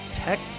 tech